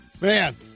Man